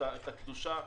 את הקדושה.